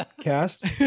cast